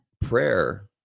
prayer